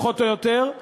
פחות או יותר,